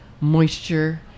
moisture